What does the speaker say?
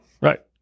Right